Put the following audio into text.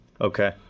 Okay